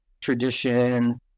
tradition